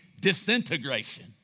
disintegration